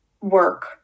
work